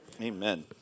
amen